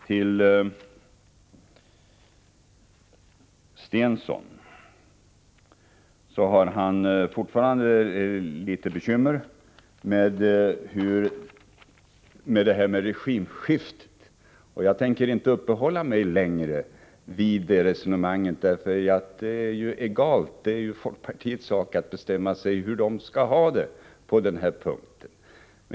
Börje Stensson har fortfarande litet bekymmer med regimskiftet. Jag skall inte uppehålla mig vid det resonemanget längre, därför att det är egalt — det är folkpartiets sak att bestämma sig för hur man skall ha det på denna punkt.